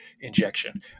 injection